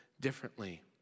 differently